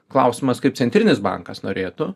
klausimas kaip centrinis bankas norėtų